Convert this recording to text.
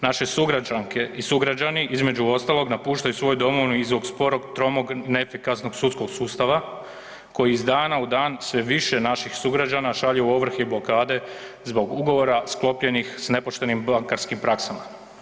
Naše sugrađanke i sugrađani između ostalog napuštaju svoje domove i zbog sporog, tromog, neefikasnog sudskog sustava koji iz dana u dan sve više naših sugrađana šalje u ovrhe i blokade zbog ugovora sklopljenih s nepoštenim bankarskim praksama.